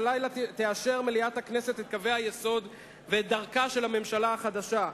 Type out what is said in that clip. הלילה תאשר מליאת הכנסת את קווי היסוד ואת דרכה של הממשלה החדשה,